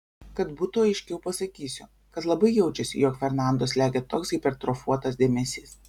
kad būtų aiškiau pasakysiu kad labai jaučiasi jog fernando slegia toks hipertrofuotas dėmesys